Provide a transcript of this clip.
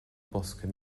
bosca